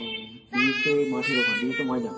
ও DSA মাঠের ওখানে DSA ময়দান